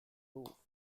roof